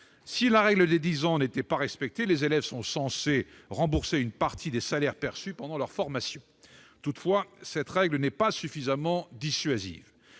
Si la règle des dix ans n'est pas respectée, les élèves sont censés rembourser une partie des traitements perçus pendant leur formation. Toutefois, cette règle n'est pas suffisamment dissuasive.